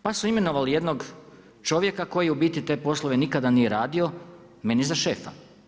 Pa su imenovali jednog čovjeka koji u biti te poslove nikada nije radio, meni za šefa.